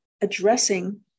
addressing